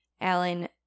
Alan